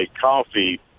coffee